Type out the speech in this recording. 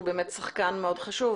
שהוא באמת שחקן מאוד חשוב,